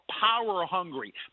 power-hungry